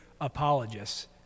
apologists